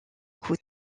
coup